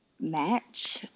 match